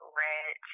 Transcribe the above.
red